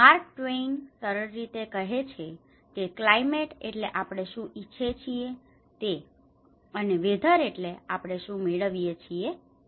mark Twain સરળ રીતે કહે છે કે કલાયમેટ એટલે આપણે શું ઇચ્છીએ છીએ તે અને વેધર એટલે આપણે શું મેળવીએ છીએ તે